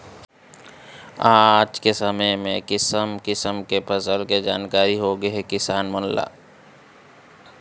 आज के समे म किसम किसम के फसल के जानकारी होगे हे किसान मन ल